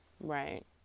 right